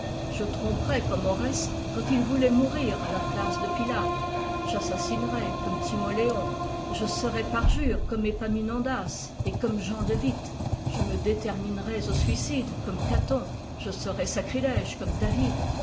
je tromperais comme oreste quand il voulait mourir à la place de pytade j'assassinerais comme timoléon je serais parjure comme épaminondas et comme jean de with je me déterminerais au suicide comme caton je serais sacrilége comme david